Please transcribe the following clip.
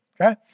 okay